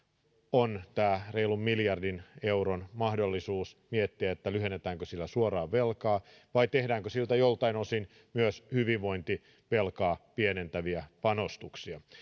on tämä reilun miljardin euron mahdollisuus miettiä lyhennetäänkö sillä suoraan velkaa vai tehdäänkö sillä joltain osin myös hyvinvointivelkaa pienentäviä panostuksia